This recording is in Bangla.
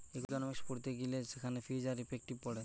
ইকোনোমিক্স পড়তে গিলে সেখানে ফিজ আর ইফেক্টিভ পড়ে